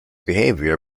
behavior